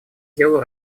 делу